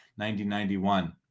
1991